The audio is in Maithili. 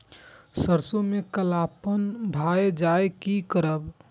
सरसों में कालापन भाय जाय इ कि करब?